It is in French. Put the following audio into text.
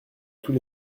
tous